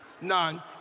none